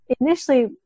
initially